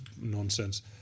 nonsense